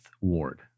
Ward